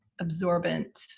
absorbent